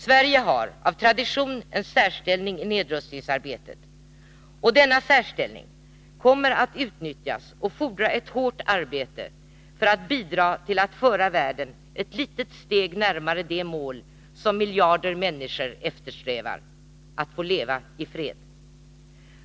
Sverige har av tradition en särställning i nedrustningsarbetet, och denna särställning kommer att utnyttjas och fordra ett hårt arbete för att man skall kunna bidra till att föra världen ett litet steg närmare det mål som miljarder människor eftersträvar: att få leva i fred.